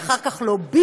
ואחר כך לוביסט